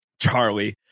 Charlie